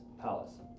palace